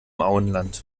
auenland